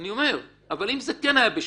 אבל אם זה כן היה בשליטתך?